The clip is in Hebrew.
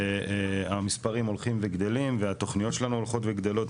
המספרים הולכים וגדלים והתוכניות שלנו הולכות וגדלות,